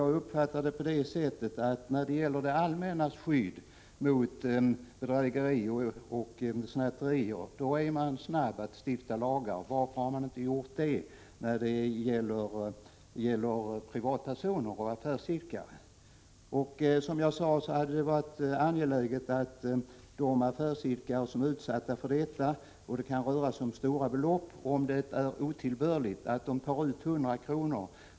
Jag uppfattar det på det sättet att när det gäller det allmännas skydd mot bedrägeri och snatteri är man snar att stifta lagar. Varför har man inte gjort det när det gäller privatpersoner och affärsidkare? Som jag sade hade det varit angeläget att de affärsidkare som är utsatta för detta — det kan röra sig om stora belopp — fått veta huruvida det är otillbörligt att de tar ut 100 kr.